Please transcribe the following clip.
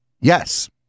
yes